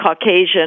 Caucasian